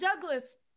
Douglas